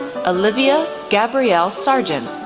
olivia gabrielle sergent,